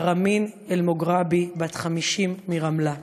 נארמין אלמוגראבי, בת 50, מרמלה.